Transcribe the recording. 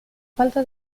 falta